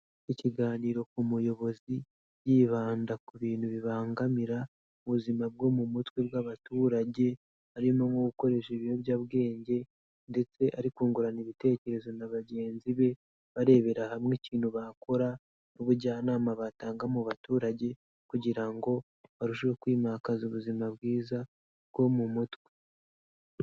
Ikiganiro ku muyobozi yibanda ku bintu bibangamira ubuzima bwo mu mutwe bw'abaturage, harimo nko gukoresha ibiyobyabwenge ndetse ari kungurana ibitekerezo na bagenzi be barebera hamwe ikintu bakora n'ubujyanama batanga mu baturage kugira ngo barusheho kwimakaza ubuzima bwiza bwo mu mutwe.